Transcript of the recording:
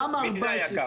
גם ה-14.